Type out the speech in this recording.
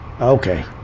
okay